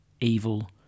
evil